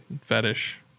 fetish